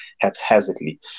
haphazardly